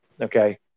Okay